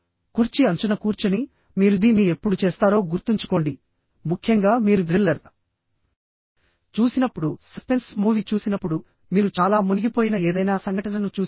కుర్చీ అంచున కూర్చుని మీరు దీన్ని ఎప్పుడు చేస్తారో గుర్తుంచుకోండి ముఖ్యంగా మీరు థ్రిల్లర్ చూసినప్పుడు సస్పెన్స్ మూవీ చూసినప్పుడు మీరు చాలా మునిగిపోయిన ఏదైనా సంఘటనను చూసినప్పుడు